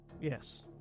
yes